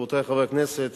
חברי חברי הכנסת,